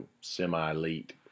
semi-elite